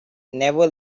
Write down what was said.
never